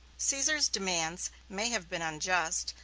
caesar's demands may have been unjust,